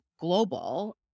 global